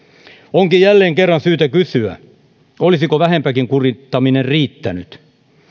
onkin jälleen kerran syytä kysyä olisiko vähempikin kurittaminen riittänyt